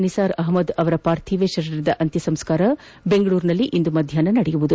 ನಿಸಾರ್ ಅಹಮದ್ ಅವರ ಪಾರ್ಥಿವ ಶರೀರದ ಅಂತ್ಯ ಸಂಸ್ಕಾರ ಬೆಂಗಳೂರಿನಲ್ಲಿ ಇಂದು ಮಧ್ಯಾಷ್ನ ನಡೆಯಲಿದೆ